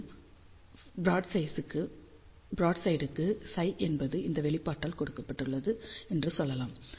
மீண்டும் ப்ராட்சைட் க்கு ψ என்பது இந்த வெளிப்பாட்டால் கொடுக்கப்பட்டுள்ளது என்று சொல்லலாம்